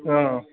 অঁ অঁ